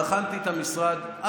כבר הכנתי את המשרד.